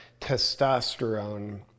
testosterone